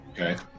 okay